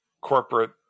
corporate